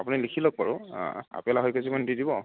আপুনি লিখি লওক বাৰু আপেল আঢ়ৈ কেজিমান দি দিব